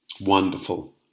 wonderful